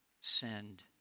send